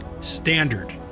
standard